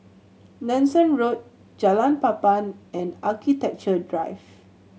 Nanson Road Jalan Papan and Architecture Drive